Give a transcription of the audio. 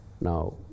Now